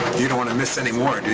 you don't wanna miss any more, do